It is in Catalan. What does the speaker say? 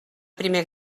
primer